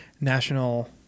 National